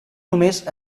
només